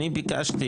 אני ביקשתי